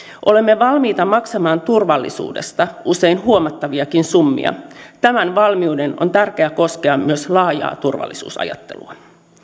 olemme valmiita maksamaan turvallisuudesta usein huomattaviakin summia tämän valmiuden on tärkeä koskea myös laajaa turvallisuusajattelua